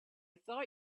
thought